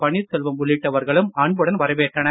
பன்னீர்செல்வம் உள்ளிட்டவர்களும் அன்புடன் வரவேற்றனர்